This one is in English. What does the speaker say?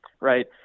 Right